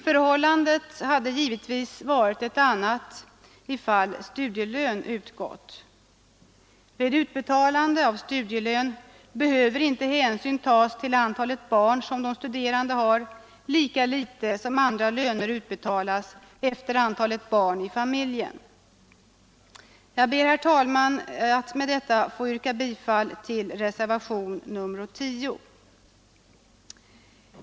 Förhållandet hade givetvis varit ett annat, ifall studielön hade utgått. Vid utbetalande av studielön behöver hänsyn inte tas till antalet barn som de studerande har, lika litet som andra löner utbetalas efter antalet barn i familjen. Jag ber, herr talman, att med detta få yrka bifall till reservationen 10.